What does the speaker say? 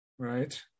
Right